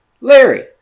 Larry